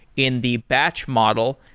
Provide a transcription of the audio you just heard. in the batch model,